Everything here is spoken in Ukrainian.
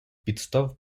підстав